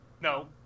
No